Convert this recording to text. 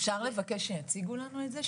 אפשר לבקש שיציגו לנו את זה?